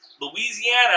Louisiana